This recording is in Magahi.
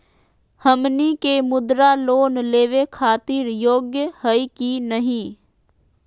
हमनी के मुद्रा लोन लेवे खातीर योग्य हई की नही?